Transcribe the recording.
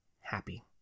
happy